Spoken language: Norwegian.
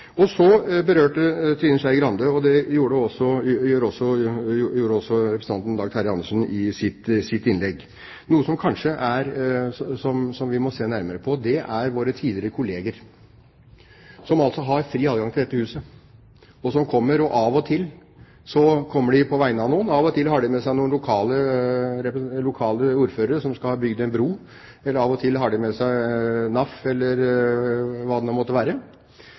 åpenhet. Så berørte Trine Skei Grande – og det gjorde også stortingspresidenten, Dag Terje Andersen, i sitt innlegg – noe som vi kanskje må se nærmere på, nemlig våre tidligere kolleger, som altså har fri adgang til dette huset. Av og til kommer de på vegne av noen. Av og til har de med seg noen lokale ordførere som skal ha bygd en bro, og av og til har de med seg NAF eller hva det nå måtte være,